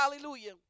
hallelujah